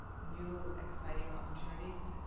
new, exciting opportunities.